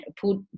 put